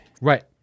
Right